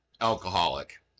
alcoholic